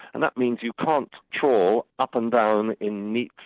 and that means you can't trawl up and down in neat,